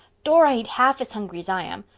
dora ain't half as hungry as i am.